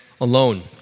alone